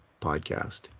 podcast